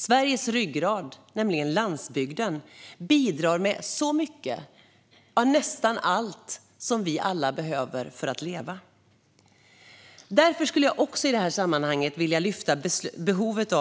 Sveriges ryggrad - landsbygden - bidrar med mycket, nästan allt som vi alla behöver för att leva. Därför skulle jag i detta sammanhang också vilja lyfta beslutet